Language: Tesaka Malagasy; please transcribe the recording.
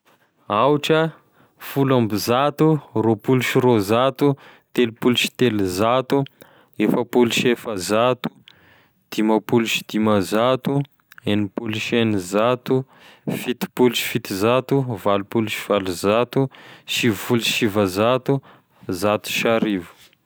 Aotra, folo ambizato, roapolo sy roazato, telopolo sy telozato, efapolo sy efazato, dimampolo sy dimazato, enipolo sy enizato, fitopolo sy fitozato, valopolo sy valozato, sivy folo sy sivazato, zato sy arivo.